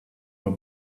your